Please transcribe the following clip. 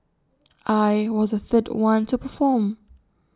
I was the third one to perform